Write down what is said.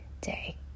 day